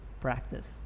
practice